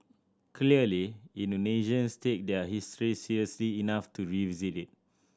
clearly Indonesians take their history seriously enough to revisit it